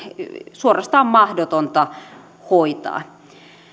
suorastaan mahdotonta hoitaa